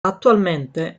attualmente